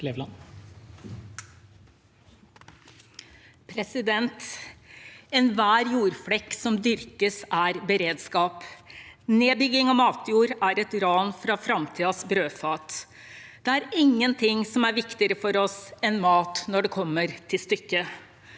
Enhver jord- flekk som dyrkes, er beredskap. Nedbygging av matjord er et ran fra framtidens brødfat. Det er ingenting som er viktigere for oss enn mat, når det kommer til stykket.